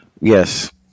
Yes